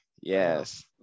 Yes